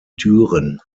düren